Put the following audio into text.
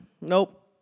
nope